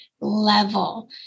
level